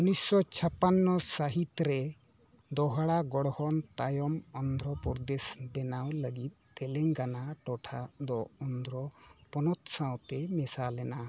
ᱩᱱᱤᱥᱥᱚ ᱪᱷᱟᱯᱟᱱᱱᱚ ᱥᱟᱹᱦᱤᱛ ᱨᱮ ᱫᱚᱦᱚᱲᱟ ᱜᱚᱲᱦᱚᱱ ᱛᱟᱭᱚᱢ ᱚᱱᱫᱷᱨᱚᱯᱨᱚᱫᱮᱥ ᱵᱮᱱᱟᱣ ᱞᱟᱹᱜᱤᱫ ᱛᱮᱞᱮᱝᱜᱚᱱᱟ ᱴᱚᱴᱷᱟ ᱫᱚ ᱚᱱᱫᱷᱨᱚ ᱯᱚᱱᱚᱛ ᱥᱟᱶᱛᱮ ᱢᱮᱥᱟ ᱞᱮᱱᱟ